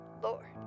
Lord